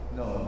no